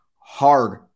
hard